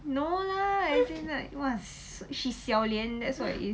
no lah as in like !wah! she 小 lian that's what it is